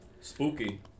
Spooky